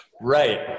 Right